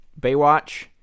Baywatch